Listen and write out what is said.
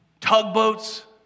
tugboats